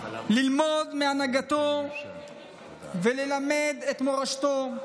ללמוד מהנהגתו וללמד את מורשתו,